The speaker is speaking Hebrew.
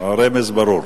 הרמז ברור.